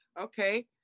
Okay